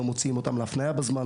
לא מוצאים אותם להפניה בזמן,